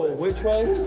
which way?